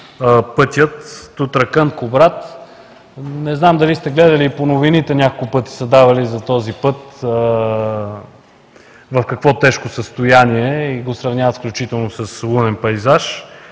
пътя Тутракан – Кубрат. Не знам дали сте гледали и по новините няколко пъти са давали за този път, в какво тежко състояние е и го сравняват включително с лунен пейзаж.